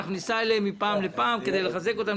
אנחנו ניסע אליהם מפעם לפעם כדי לחזק אותם,